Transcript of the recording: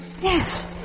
yes